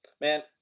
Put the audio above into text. Man